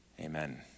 Amen